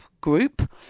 Group